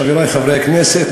חברי חברי הכנסת,